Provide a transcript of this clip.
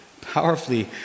powerfully